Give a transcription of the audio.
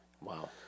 Wow